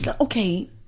okay